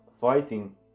fighting